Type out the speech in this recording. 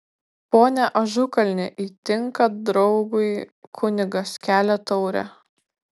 pone ažukalni įtinka draugui kunigas kelia taurę